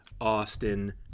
Austin